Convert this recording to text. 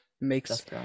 makes